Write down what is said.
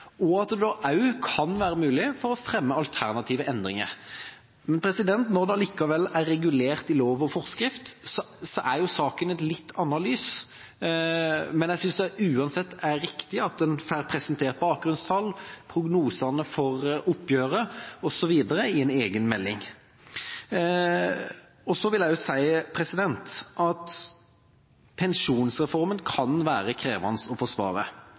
budsjett, og at det også kan være mulig å fremme alternative endringer. Når det allikevel er regulert i lov og forskrift, settes jo saken i et litt annet lys. Men jeg synes det uansett er riktig at en får presentert bakgrunnstall, prognosene for oppgjøret osv. i en egen melding. Så vil jeg si at pensjonsreformen kan være krevende å forsvare.